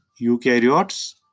eukaryotes